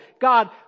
God